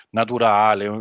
naturale